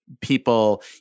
people